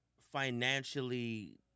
financially